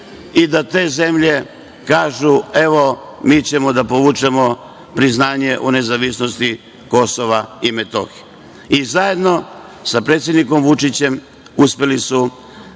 i da te zemlje, kažu – evo, mi ćemo da povučemo priznanje o nezavisnosti KiM.Zajedno sa predsednikom Vučićem uspeli su